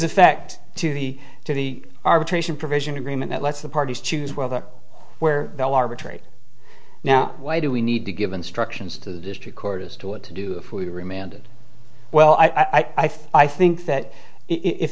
effect to the to the arbitration provision agreement that lets the parties choose whether where they'll arbitrate now why do we need to give instructions to the district court as to what to do if we remain ended well i think that if